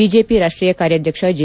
BJP ರಾಷ್ಷೀಯ ಕಾರ್ಯಾಧ್ಯಕ್ಷ J